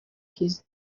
his